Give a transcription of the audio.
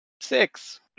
Six